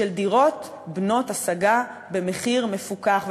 לדירות בנות-השגה במחיר מפוקח.